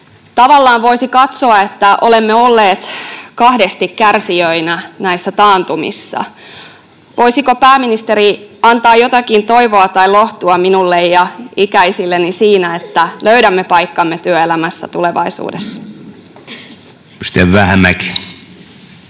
Tavallaan voisi katsoa, että olemme olleet kahdesti kärsijöinä näissä taantumissa. Voisiko pääministeri antaa jotakin toivoa tai lohtua minulle ja ikäisilleni siinä, että löydämme paikkamme työelämässä tulevaisuudessa?